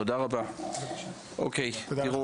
תודה.